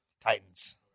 Titans